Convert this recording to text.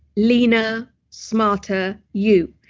leaner, smarter you.